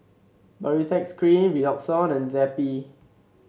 Baritex Cream Redoxon and Zappy